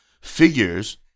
figures